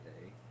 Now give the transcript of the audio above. today